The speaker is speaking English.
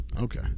Okay